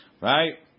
Right